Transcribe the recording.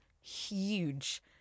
huge